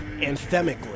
anthemically